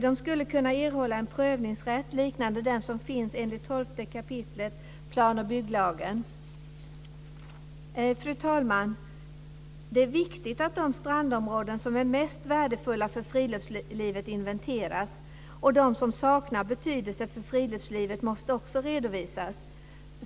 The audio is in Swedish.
De skulle kunna erhålla en prövningsrätt liknande den som finns enligt 12 kap. plan och bygglagen. Fru talman! Det är viktigt att de strandområden som är mest värdefulla för friluftslivet inventeras. De som saknar betydelse för friluftslivet måste också redovisas.